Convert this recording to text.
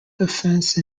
defence